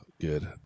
good